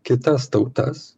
kitas tautas